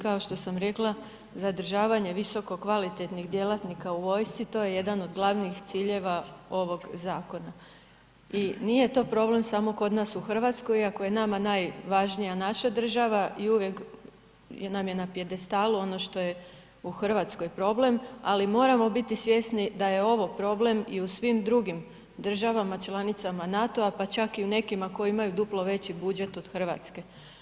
Kao što sam rekla, zadržavanje visokokvalitetnih djelatnika u vojsci, to je jedan od glavnih ciljeva ovog zakona i nije to problem samo kod nas u Hrvatskoj, iako je nama najvažnija naša država i uvijek nam je na pijedestalu ono što je u Hrvatskoj problem, ali moramo biti svjesni da je ovo problem i u svim drugim državama članicama NATO-a, pa čak i u nekima koji imaju duplo veći budžet od Hrvatske.